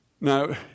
Now